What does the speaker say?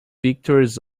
pictures